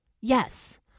Yes